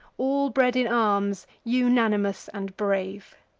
all bred in arms, unanimous, and brave.